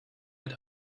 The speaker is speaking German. mit